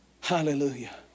Hallelujah